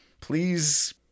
Please